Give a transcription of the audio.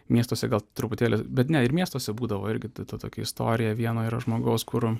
miestuose gal truputėlį bet ne ir miestuose būdavo irgi tai ta tokia istorija vieno ir žmogaus kur